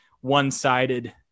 one-sided